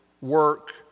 work